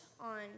on